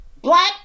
black